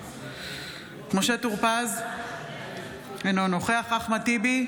בהצבעה משה טור פז, אינו נוכח אחמד טיבי,